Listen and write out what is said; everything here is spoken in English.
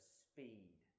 speed